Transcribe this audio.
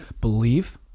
believe